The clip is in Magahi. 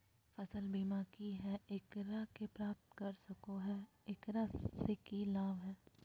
फसल बीमा की है, एकरा के प्राप्त कर सको है, एकरा से की लाभ है?